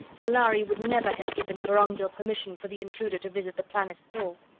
the lhari would never have given vorongil permission for the intruder to visit the planet at all.